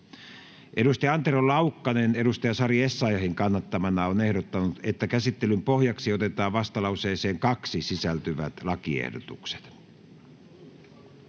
Antero Laukkanen Sari Essayahin kannattamana on ehdottanut, että käsittelyn pohjaksi otetaan vastalauseeseen 2 sisältyvät lakiehdotukset.